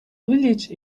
village